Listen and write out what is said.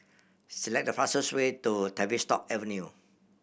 select the fastest way to Tavistock Avenue